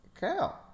Cow